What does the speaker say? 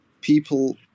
people